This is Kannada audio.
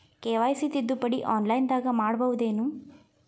ಕೆ.ವೈ.ಸಿ ತಿದ್ದುಪಡಿ ಆನ್ಲೈನದಾಗ್ ಮಾಡ್ಬಹುದೇನು?